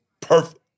perfect